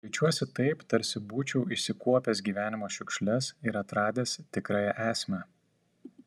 jaučiuosi taip tarsi būčiau išsikuopęs gyvenimo šiukšles ir atradęs tikrąją esmę